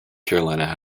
carolina